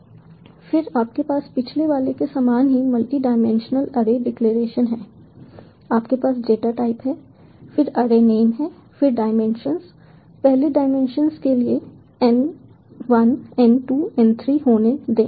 फिर आपके पास पिछले वाले के समान ही मल्टी डाइमेंशनल अरे डिक्लेरेशन हैं आपके पास डेटा टाइप है फिर अरे नेम है फिर डाइमेंशन पहले डाइमेंशन के लिए n1 n2 n3 होने दें